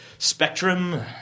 Spectrum